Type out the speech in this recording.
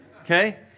Okay